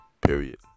period